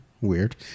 weird